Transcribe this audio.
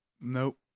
Nope